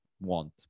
want